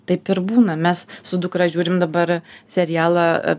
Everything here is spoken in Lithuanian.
taip ir būna mes su dukra žiūrim dabar serialą